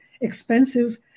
expensive